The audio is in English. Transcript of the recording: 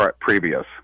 previous